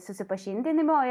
supažindinimo ir